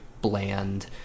bland